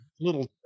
little